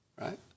Right